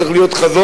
צריך להיות חזון,